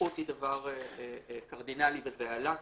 הסמיכות היא דבר קרדינלי, וזה עלה.